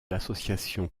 l’association